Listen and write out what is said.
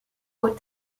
aux